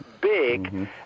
big